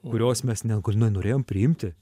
kurios mes nenorėjom priimti